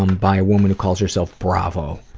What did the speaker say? um by a woman who calls herself bravo.